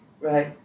Right